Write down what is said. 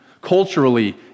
Culturally